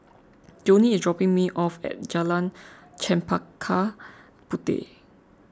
Joni is dropping me off at Jalan Chempaka Puteh